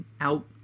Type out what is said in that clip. out